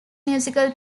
musical